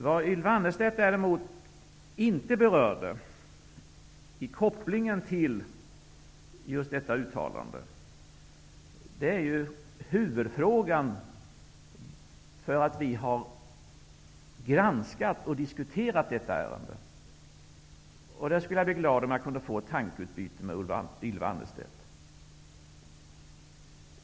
Vad Ylva Annerstedt däremot inte berörde i kopplingen till just detta uttalande, är huvudorsaken till att vi har granskat och diskuterat detta ärende. Jag skulle bli glad om jag kunde få ett tankeutbyte med Ylva Annerstedt om detta.